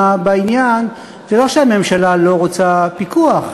בעניין היא שלא שהממשלה לא רוצה פיקוח,